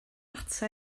ata